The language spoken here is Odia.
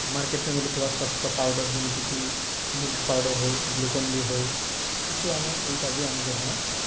ମାର୍କେଟରେ ମିଳୁଥିବା ସ୍ୱାସ୍ଥ୍ୟ ପାଉଡର୍ ଯେମିତିକି ମିଲ୍କ ପାଉଡର୍ ହେଉ ଗ୍ଲୁକୋନ ଡି ହେଉ କିଛି ଆମେ ଏଇଟା ବି ଆମେ ଗ୍ରହଣ